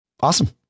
Awesome